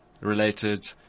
related